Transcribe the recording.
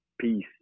peace